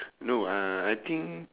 no uh I think